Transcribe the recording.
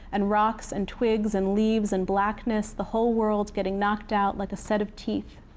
and rocks, and twigs, and leaves, and blackness, the whole world's getting knocked out like a set of teeth.